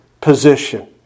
position